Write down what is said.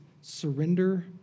surrender